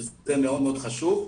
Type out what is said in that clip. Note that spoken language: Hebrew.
שזה מאוד חשוב.